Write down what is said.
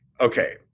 okay